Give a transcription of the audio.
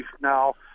now